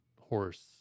horse